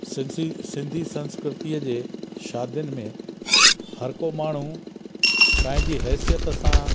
सि सिंजी सिंधी संस्कृतीअ जे शादियुनि में हर को माण्हू पंहिंजी हैसियत सां